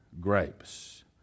Grapes